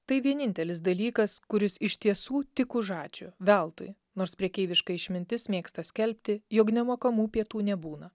tai vienintelis dalykas kuris iš tiesų tik už ačiū veltui nors prekeiviška išmintis mėgsta skelbti jog nemokamų pietų nebūna